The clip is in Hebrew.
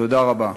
תודה רבה.